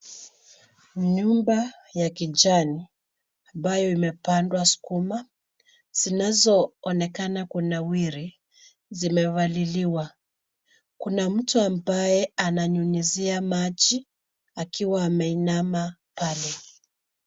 Nyumba ya kijani ambayo imepandwa sukuma zinazoonekana kunawiri zimepaliliwa. Kuna mtu ambaye ananyunyuzia maji akiwa ameinama pale.